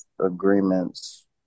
agreements